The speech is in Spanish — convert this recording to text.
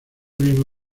mismo